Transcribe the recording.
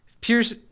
Pierce –